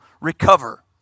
recover